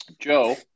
Joe